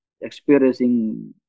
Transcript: experiencing